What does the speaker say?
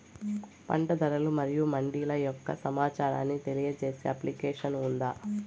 పంట ధరలు మరియు మండీల యొక్క సమాచారాన్ని తెలియజేసే అప్లికేషన్ ఉందా?